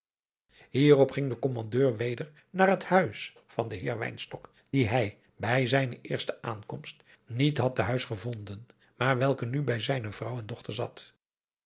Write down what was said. hierop ging de kommandeur weder naar het huis van den heer wynstok dien hij bij zijne eerste aankomst niet had te huis gevonden maar welke nu bij zijne vrouw en dochter zat